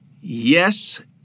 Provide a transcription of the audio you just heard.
Yes